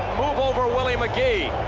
over, willie mcgee.